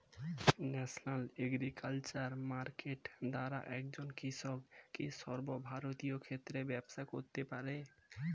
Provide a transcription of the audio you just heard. National agriculture market দ্বারা একজন কৃষক কি সর্বভারতীয় ক্ষেত্রে ব্যবসা করতে পারে?